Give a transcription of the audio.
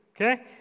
Okay